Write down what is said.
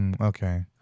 Okay